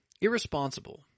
irresponsible